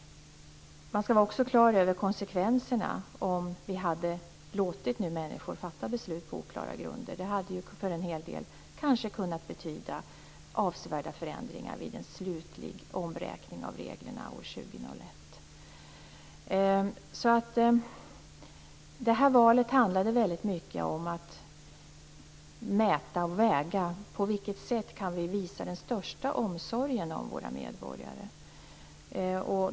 Man skall också vara klar över vilka konsekvenser det hade fått om vi hade låtit människor fatta beslut på oklara grunder. Det hade för en hel del människor kanske kunnat betyda avsevärda förändringar vid en slutlig omräkning av reglerna år 2001. Detta val handlade väldigt mycket om att mäta och väga på vilket sätt vi kunde visa den största omsorgen om våra medborgare.